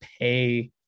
pay